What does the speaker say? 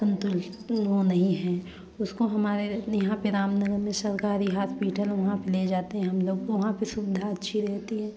संतुल वह नहीं है उसको हमारे यहाँ पर रामनगर में सरकारी हास्पिटल वहाँ पर ले जाते हैं हम लोग वहाँ पर सुविधा अच्छी रहती है